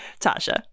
Tasha